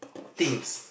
things